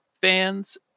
fans